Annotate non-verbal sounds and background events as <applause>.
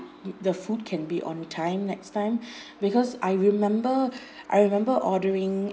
the food can be on time next time <breath> because I remember I remember ordering